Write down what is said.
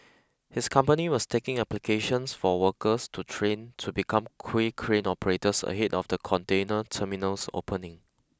his company was taking applications for workers to train to become crane operators ahead of the container terminal's opening